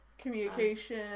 Communication